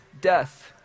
death